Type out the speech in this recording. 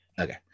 Okay